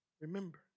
Remember